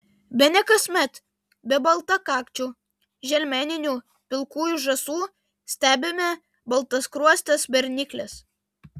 bene kasmet be baltakakčių želmeninių pilkųjų žąsų stebime baltaskruostes bernikles